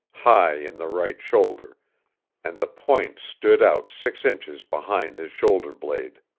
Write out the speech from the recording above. high in the right shoulder and the point stood out six inches behind his shoulder blade.